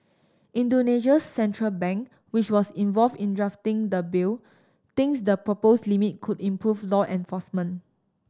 Indonesia's central bank which was involved in drafting the bill thinks the propose limit could improve law enforcement